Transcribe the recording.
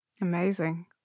Amazing